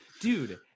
dude